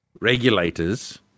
regulators